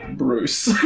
bruce.